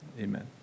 Amen